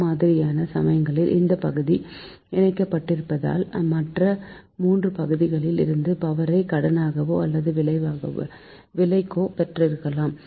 அம்மாதிரியான சமயங்களில் இந்த பகுதி இணைக்கப்பட்டிருப்பதால் மற்ற மூன்று பகுதிகளில் இருந்து பவரை கடனாகவோ அல்லது விலைக்கோ பெற்றுக்கொள்ளலாம்